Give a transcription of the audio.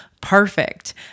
perfect